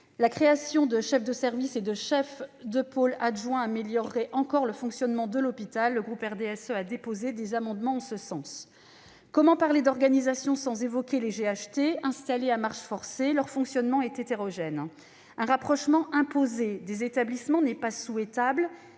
La création de chefs de service et de chefs de pôle adjoints améliorerait encore le fonctionnement de l'hôpital. Le groupe RDSE a déposé des amendements en ce sens. Comment parler d'organisation sans évoquer les GHT ? Installés à marche forcée, leur fonctionnement est hétérogène. S'il n'est pas souhaitable